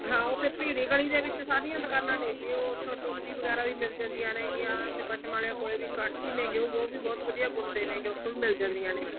ਹਾਂ ਉਹ ਫਿਰ ਭੀੜੀ ਗਲੀ ਦੇ ਵਿੱਚ ਸਾਰੀਆਂ ਦੁਕਾਨਾਂ ਨੇ ਜੀ ਉਹ ਉੱਥੋਂ ਟੋਪੀ ਵਗੈਰਾ ਵੀ ਮਿਲ ਜਾਂਦੀਆਂ ਹੈਗੀਆਂ ਅਤੇ ਪਸ਼ਮ ਵਾਲਿਆਂ ਕੋਲ ਵੀ ਇੱਕ ਅੰਟੀ ਨੇ ਉਹ ਵੀ ਬਹੁਤ ਵਧੀਆ ਬੁਣਦੇ ਹੈਗੇ ਉੱਥੋਂ ਵੀ ਮਿਲ ਜਾਂਦੀਆਂ ਨੇ